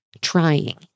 trying